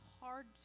hard